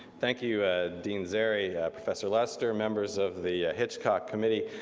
thank you dean szeri, professor lester, members of the hitchcock committee,